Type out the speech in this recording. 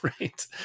right